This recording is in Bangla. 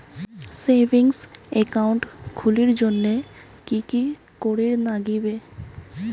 সেভিঙ্গস একাউন্ট খুলির জন্যে কি কি করির নাগিবে?